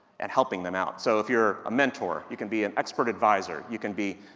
and helping them out, so if you're a mentor, you can be an expert advisor, you can be,